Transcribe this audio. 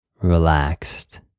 relaxed